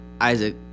Isaac